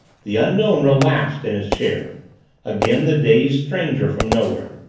the unknown relapsed in his chair again the dazed stranger from nowhere.